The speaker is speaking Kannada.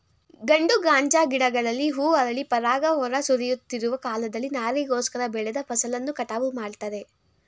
ಗಂಡು ಗಾಂಜಾ ಗಿಡಗಳಲ್ಲಿ ಹೂ ಅರಳಿ ಪರಾಗ ಹೊರ ಸುರಿಯುತ್ತಿರುವ ಕಾಲದಲ್ಲಿ ನಾರಿಗೋಸ್ಕರ ಬೆಳೆದ ಫಸಲನ್ನು ಕಟಾವು ಮಾಡ್ತಾರೆ